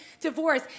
divorce